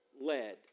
led